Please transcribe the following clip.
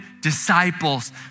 disciples